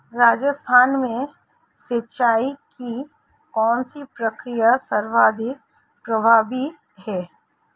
राजस्थान में सिंचाई की कौनसी प्रक्रिया सर्वाधिक प्रभावी है?